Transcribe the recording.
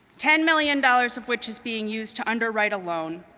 ten million dollars of which is being used to underwrite a loan,